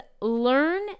learn